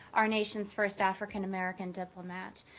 our nation's first african american diplomat.